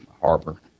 harbor